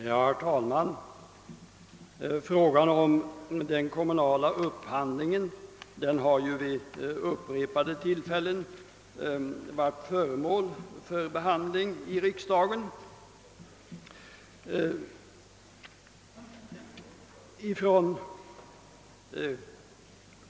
Herr talman! Frågan om den kommunala upphandlingen har vid upprepade tillfällen behandlats i riksdagen.